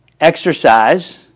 exercise